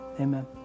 Amen